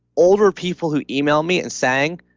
older people who email me and saying,